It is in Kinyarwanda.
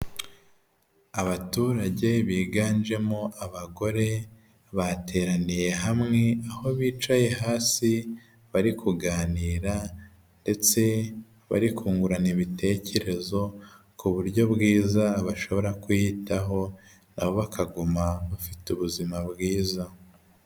Abaturage biganjemo abagore bateraniye hamwe aho bicaye hasi bari kuganira ndetse bari kungurana ibitekerezo ku buryo bwiza bashobora kwiyitaho nabo bakaguma bafite ubuzima bwiza.